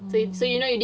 oh